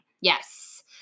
Yes